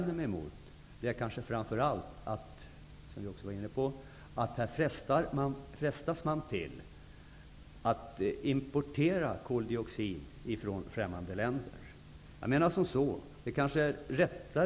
Det som jag framför allt vänder mig mot är att man här frestar till import av bränsle som ger koldioxidutsläpp.